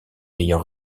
ayant